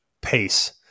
pace